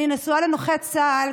אני נשואה לנכה צה"ל